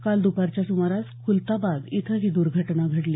काल दुपारच्या सुमारास खुलताबाद इथं ही दुर्घटना घडली